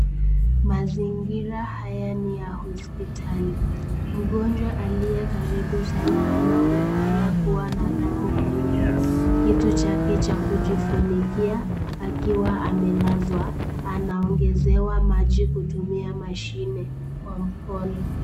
Mazingira haya ni ya hospitali. Mgonjwa aliyekaribu sana anaonekana kuwa na damu kwenye kitu chake cha kujifunikia, akiwa amelazwa, anaongezewa maji kutumia mashine kwa mkono.